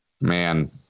Man